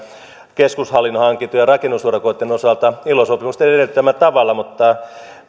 keskushallinnon hankintojen ja rakennusurakoitten osalta ilo sopimusten edellyttämällä tavalla mutta